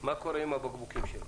מה קורה עם הבקבוקים שלו.